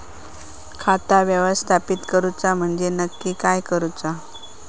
खाता व्यवस्थापित करूचा म्हणजे नक्की काय करूचा?